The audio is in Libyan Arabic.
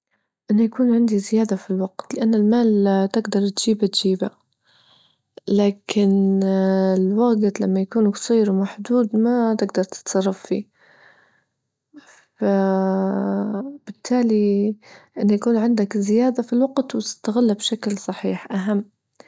أنه يكون عندي زيادة في الوقت لأن المال تجدر تجيبه-تجيبه لكن اه الوجت لما يكون جصير ومحدود ما تجدر تتصرف فيه، فبالتالي أنه يكون عندك في الوقت وتستغلها بشكل صحيح أهم.